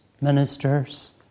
ministers